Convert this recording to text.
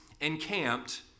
encamped